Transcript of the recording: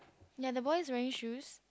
ya the boy is wearing shoes